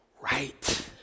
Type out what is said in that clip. right